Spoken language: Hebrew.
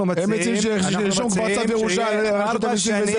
אנחנו מציעים ארבע שנים.